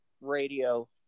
Radio